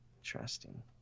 Interesting